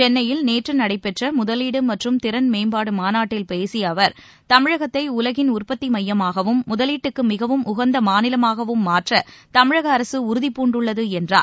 சென்னையில் நேற்று நடைபெற்ற முதலீடு மற்றும் திறன் மேம்பாடு மாநாட்டில் பேசிய அவர் தமிழகத்தை உலகின் உற்பத்தி மையமாகவும் முதலீட்டுக்கு மிகவும் உகந்த மாநிலமாகவும் மாற்ற தமிழக அரசு உறுதிபூண்டுள்ளது என்றார்